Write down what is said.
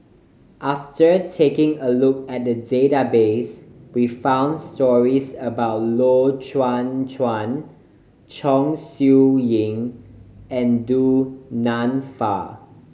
after taking a look at the database we found stories about Loy Chye Chuan Chong Siew Ying and Du Nanfa